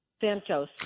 Santos